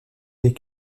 des